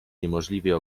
niemożliwie